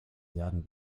werden